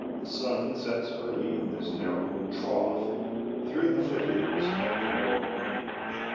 the sun sets early in this narrow trough through the foothills of the laurel range.